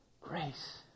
grace